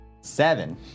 Seven